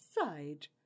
side